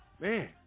Man